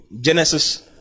Genesis